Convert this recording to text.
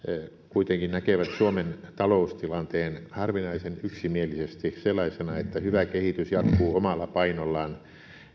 kuitenkin näkevät suomen taloustilanteen harvinaisen yksimielisesti sellaisena että hyvä kehitys jatkuu omalla painollaan